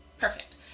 perfect